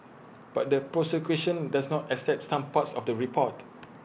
but the prosecution does not accept some parts of the report